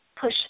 push